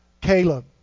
Caleb